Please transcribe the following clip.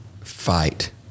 fight